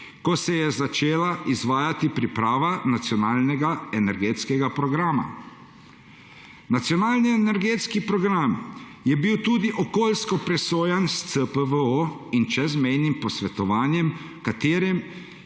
ko se je začela izvajati priprava Nacionalnega energetskega programa. Nacionalni energetski program je bil tudi okoljsko presojan s CPVU in čezmejnim posvetovanjem, v katerem